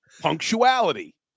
punctuality